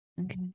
Okay